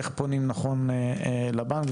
איך פונים נכון לבנק,